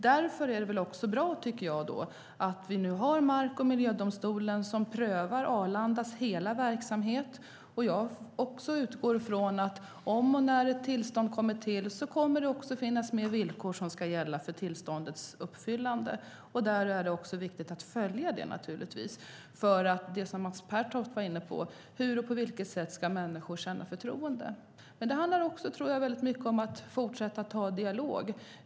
Därför är det bra att vi nu har Mark och miljödomstolen som prövar hela Arlandas verksamhet. Jag utgår också från att om och när ett tillstånd ges kommer det också att finnas villkor som ska gälla för tillståndet. Det är naturligtvis viktigt att följa detta. Mats Pertoft var också inne på hur människor ska känna förtroende. Jag tror också att det handlar mycket om att fortsätta att föra en dialog.